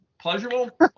pleasurable